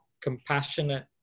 compassionate